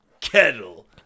kettle